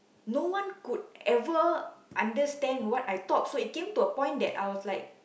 no one could ever understand what I talk so it came to a point that I was like